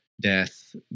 death